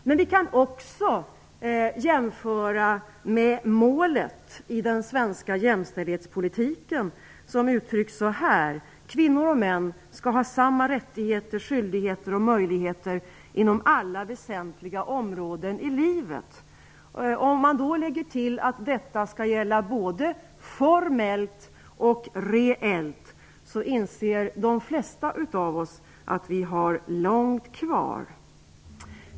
Men vi kan också jämföra med målet i den svenska jämställdhetspolitiken, som uttryckts så här: Kvinnor och män skall ha samma rättigheter, skyldigheter och möjligheter inom alla väsentliga områden i livet. Om man lägger till att detta skall gälla både formellt och reellt inser de flesta av oss att vi har långt kvar.